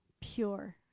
pure